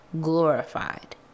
glorified